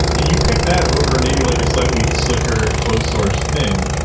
and you pick that over maybe like a slightly slicker, closed-source thing.